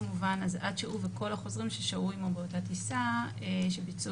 אז עד שהוא וכל החוזרים ששהו עמו באותה טיסה שביצעו